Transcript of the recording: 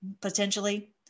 potentially